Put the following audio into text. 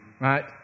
right